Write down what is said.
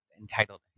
entitled